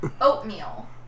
oatmeal